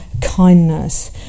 kindness